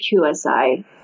QSI